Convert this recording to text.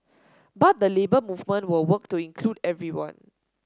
but the Labour Movement will work to include everyone